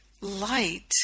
light